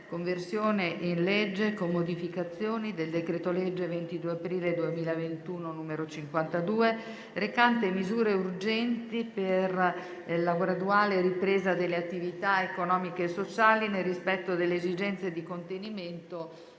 Conversione in legge, con modificazioni, del decreto-legge 22 aprile 2021, n. 52, recante misure urgenti per la graduale ripresa delle attività economiche e sociali nel rispetto delle esigenze di contenimento